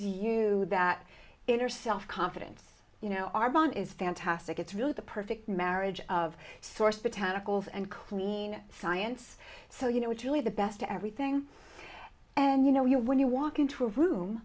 you that inner self confidence you know our bond is fantastic it's really the perfect marriage of source botanicals and queen science so you know it's really the best to everything and you know you when you walk into a room